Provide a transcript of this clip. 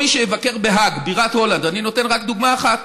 ורמת הזיהום ממנה תרד לפחות ממאית ממה שהיא הייתה עד עכשיו.